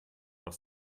doch